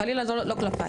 חלילה לא כלפייך.